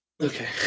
Okay